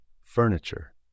furniture